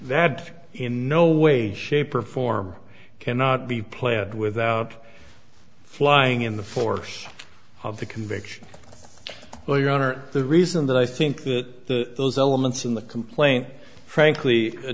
that in no way shape or form can not be pled without flying in the force of the conviction well your honor the reason that i think that those elements in the complaint frankly